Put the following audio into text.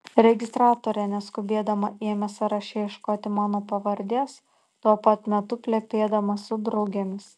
registratorė neskubėdama ėmė sąraše ieškoti mano pavardės tuo pat metu plepėdama su draugėmis